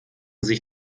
sich